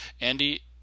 Andy